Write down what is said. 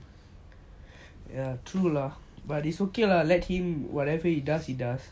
ya true lah but it's okay lah let him whatever he does he does